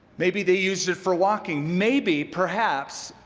maybe they used it for walking. maybe, perhaps,